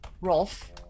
Rolf